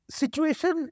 situation